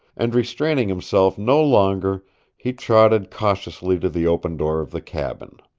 and restraining himself no longer he trotted cautiously to the open door of the cabin.